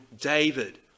David